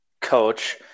coach